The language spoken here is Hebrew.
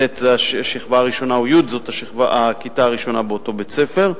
אם ט' זו הכיתה הראשונה או י' זו הכיתה הראשונה באותו בית-ספר.